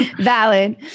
Valid